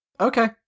Okay